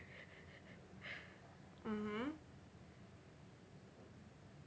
mmhmm